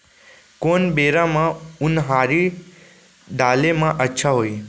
कोन बेरा म उनहारी डाले म अच्छा होही?